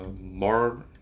more